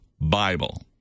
Bible